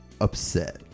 upset